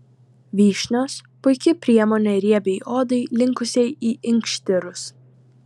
vyšnios puiki priemonė riebiai odai linkusiai į inkštirus